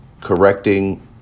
correcting